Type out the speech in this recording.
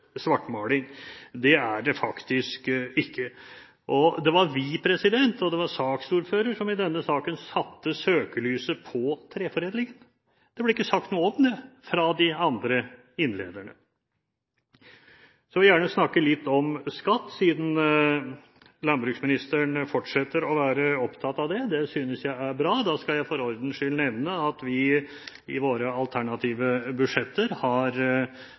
svartmaling. Det er det faktisk ikke. Det var vi, og det var saksordføreren, som i denne saken satte søkelyset på treforedling. Det ble ikke sagt noe om det av de andre innlederne. Så vil jeg gjerne snakke litt om skatt, siden landbruksministeren fortsetter å være opptatt av det. Det synes jeg er bra. Da skal jeg for ordens skyld nevne at vi i våre alternative budsjetter